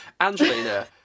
angelina